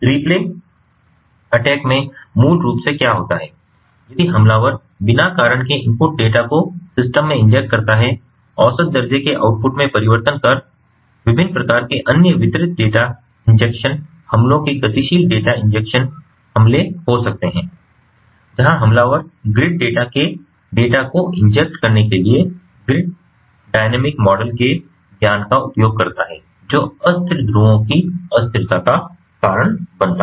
replay attack में मूल रूप से क्या होता है यदि हमलावर बिना कारण के इनपुट डेटा को सिस्टम में इंजेक्ट करता है औसत दर्जे के आउटपुट में परिवर्तन कर विभिन्न प्रकार के अन्य वितरित डेटा इंजेक्शन हमलों के गतिशील डेटा इंजेक्शन हमले हो सकते हैं जहां हमलावर ग्रिड डेटा के डेटा को इंजेक्ट करने के लिए ग्रिड डायनामिक मॉडल के ज्ञान का उपयोग करता है जो अस्थिर ध्रुवों की अस्थिरता का कारण बनता है